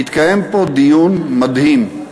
התקיים פה דיון מדהים.